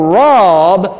rob